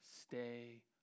stay